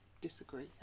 disagree